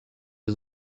les